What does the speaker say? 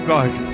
God